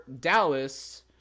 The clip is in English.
dallas